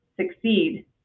succeed